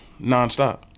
nonstop